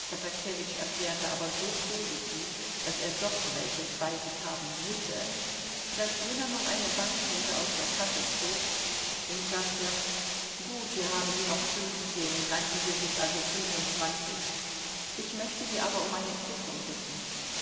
erklärte aber so positiv daß er doch welches bei sich haben müsse daß jener noch eine banknote aus der tasche zog und sagte gut hier haben sie noch fünfzehn im ganzen sind es also fünfundzwanzig ich möchte sie aber um eine quittung bitten